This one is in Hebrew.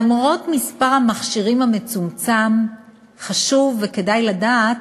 למרות המספר המצומצם של המכשירים, חשוב וכדאי לדעת